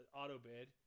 auto-bid